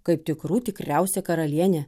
kaip tikrų tikriausia karalienė